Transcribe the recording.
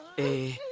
a